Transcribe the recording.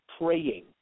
praying